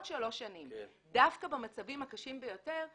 שלוש שנים דווקא במצבים הקשים ביותר,